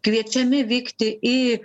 kviečiami vykti į